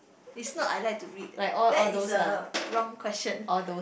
is not I like to read that is a wrong question